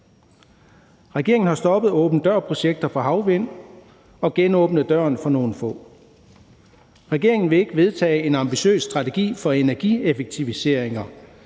Regeringen har stoppet åben dør-projekter for havvind og genåbnet døren for nogle få. Regeringen vil ikke vedtage en ambitiøs strategi for energieffektiviseringer,